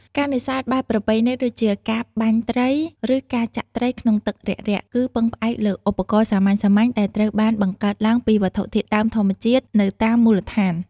ការនេសាទបែបប្រពៃណីដូចជាការបាញ់ត្រី ឬការចាក់ត្រីក្នុងទឹករាក់ៗ គឺពឹងផ្អែកលើឧបករណ៍សាមញ្ញៗដែលត្រូវបានបង្កើតឡើងពីវត្ថុធាតុដើមធម្មជាតិនៅតាមមូលដ្ឋាន។